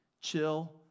Chill